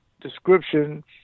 description